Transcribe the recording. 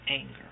anger